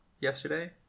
yesterday